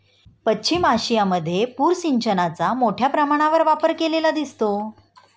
पश्चिम आशियामध्ये पूर सिंचनाचा मोठ्या प्रमाणावर वापर केलेला दिसतो